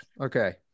Okay